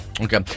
Okay